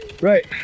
Right